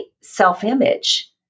self-image